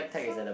so